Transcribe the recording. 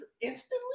instantly